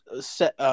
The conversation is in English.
set